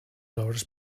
obres